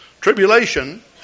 tribulation